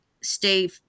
stay